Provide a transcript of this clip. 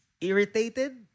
irritated